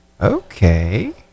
okay